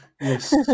Yes